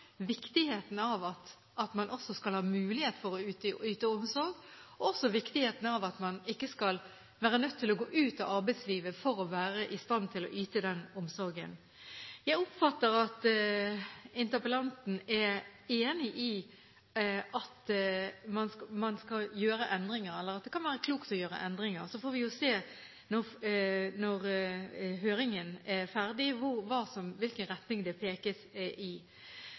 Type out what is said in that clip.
viktigheten av at man skal ha mulighet til å yte omsorg, og viktigheten av at man ikke skal være nødt til å gå ut av arbeidslivet for å være i stand til å yte den omsorgen. Jeg oppfatter at interpellanten er enig i at det kan være klokt å gjøre endringer, så får vi se når høringen er ferdig, hvilken retning det pekes på. Jeg oppfattet i